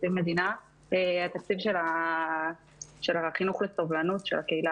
התקציב של החינוך לסובלנות של הקהילה